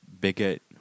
bigot